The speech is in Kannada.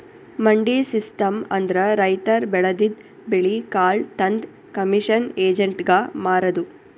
ಮಂಡಿ ಸಿಸ್ಟಮ್ ಅಂದ್ರ ರೈತರ್ ಬೆಳದಿದ್ದ್ ಬೆಳಿ ಕಾಳ್ ತಂದ್ ಕಮಿಷನ್ ಏಜೆಂಟ್ಗಾ ಮಾರದು